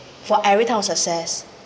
for every type of success